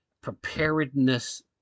preparedness